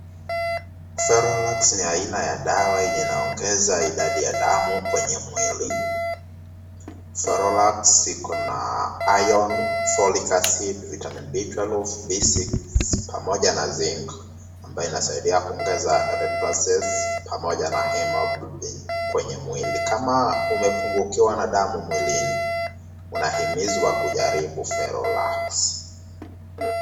Ferrolax ni aina ya dawa inayoongeza idadi ya damu kwenye mwili, Ferrolax iko na ion, folic acid, vitamin B12, B6 pamoja na zinc ,ambayo inasaidia kuongeza red blood cells pamoja na hemoglobin kwenye mwili. Kama umepungukiwa na damu mwilini, unahimizwa kujaribu Ferrolax.